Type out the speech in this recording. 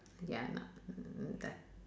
ya not mm that